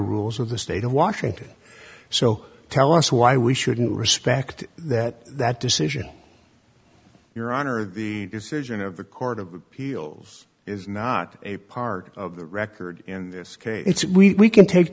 rules of the state of washington so tell us why we shouldn't respect that that decision your honor the decision of the court of appeals is not a part of the record in this case it's we can take